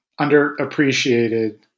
underappreciated